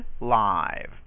live